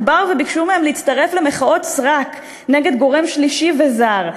באו וביקשו מהם להצטרף למחאות סרק נגד גורם שלישי וזר.